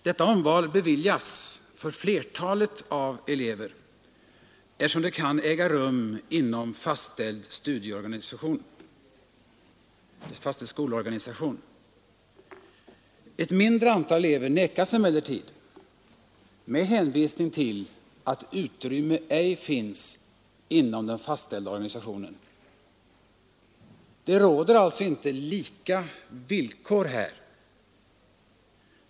Detta omval beviljas för flertalet elever, eftersom det kan äga rum inom fastställd skolorganisation. Ett mindre antal elever nekas emellertid med hänvisning till att utrymme ej finns inom den fastställda organisationen. Det råder således inte lika villkor härvidlag.